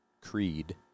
creed